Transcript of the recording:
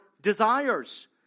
desires